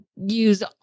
use